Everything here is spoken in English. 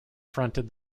fronted